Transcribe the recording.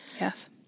Yes